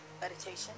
meditation